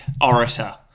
orator